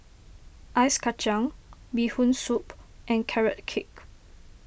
Ice Kacang Bee Hoon Soup and Carrot Cake